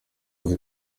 zayo